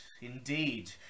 indeed